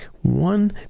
one